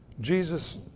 Jesus